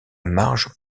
marge